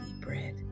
bread